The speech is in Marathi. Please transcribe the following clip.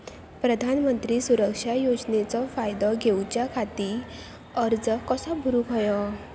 प्रधानमंत्री सुरक्षा योजनेचो फायदो घेऊच्या खाती अर्ज कसो भरुक होयो?